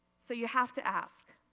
so you have to ask,